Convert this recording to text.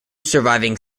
surviving